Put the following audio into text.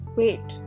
wait